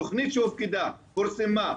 תכנית שהופקדה, פורסמה,